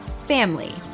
family